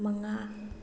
ꯃꯉꯥ